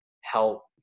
help